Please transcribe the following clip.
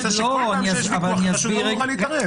כל פעם שיש ויכוח הרשות לא תוכל להתערב.